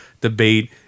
debate